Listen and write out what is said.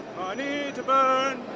money to burn,